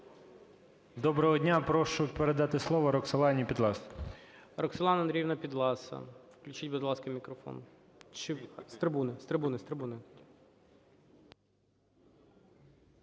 Доброго дня! Прошу передати слово Роксолані Підласій. ГОЛОВУЮЧИЙ. Роксолана Андріївна Підласа, включіть, будь ласка, мікрофон. Чи з трибуни? З трибуни, з трибуни.